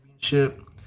championship